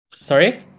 Sorry